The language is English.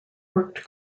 worked